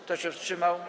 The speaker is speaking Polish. Kto się wstrzymał?